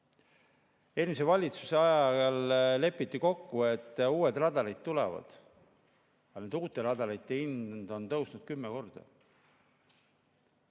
valitsuse ajal lepiti kokku, et uued radarid tulevad. Ainult uute radarite hind on tõusnud kümme korda.